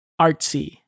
artsy